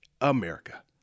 America